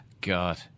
God